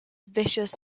vicious